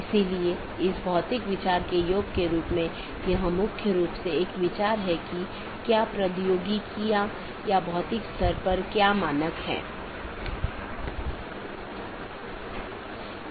इसलिए हलका करने कि नीति को BGP प्रोटोकॉल में परिभाषित नहीं किया जाता है बल्कि उनका उपयोग BGP डिवाइस को कॉन्फ़िगर करने के लिए किया जाता है